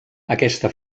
aquesta